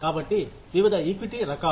కాబట్టి వివిధ ఈక్విటీ రకాలు